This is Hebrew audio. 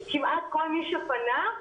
כמעט כל מי שפנה,